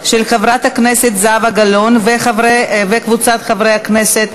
של חברת הכנסת זהבה גלאון וקבוצת חברי הכנסת.